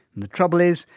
and the trouble is,